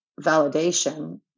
validation